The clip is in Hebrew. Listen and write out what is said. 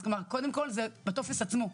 כלומר קודם כל בטופס עצמו,